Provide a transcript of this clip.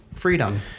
Freedom